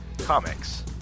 Comics